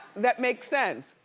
that make sense.